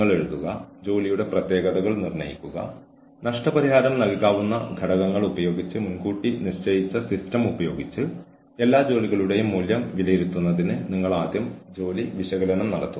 അതിനാൽ ജീവനക്കാർക്ക് പരിശീലനം നൽകാനും ഫീഡ്ബാക്ക് നൽകാനും സൂപ്പർവൈസർമാർക്ക് പരിശീലനം നൽകാം